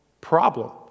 problem